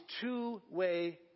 two-way